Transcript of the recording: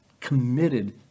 committed